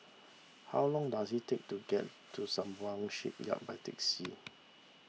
how long does it take to get to Sembawang Shipyard by taxi